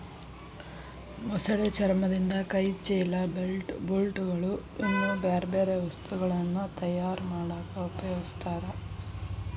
ಮೊಸಳೆ ಚರ್ಮದಿಂದ ಕೈ ಚೇಲ, ಬೆಲ್ಟ್, ಬೂಟ್ ಗಳು, ಇನ್ನೂ ಬ್ಯಾರ್ಬ್ಯಾರೇ ವಸ್ತುಗಳನ್ನ ತಯಾರ್ ಮಾಡಾಕ ಉಪಯೊಗಸ್ತಾರ